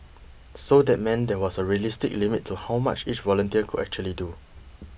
so that meant there was a realistic limit to how much each volunteer could actually do